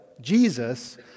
Jesus